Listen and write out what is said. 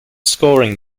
scoring